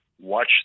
watch